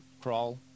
crawl